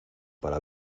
para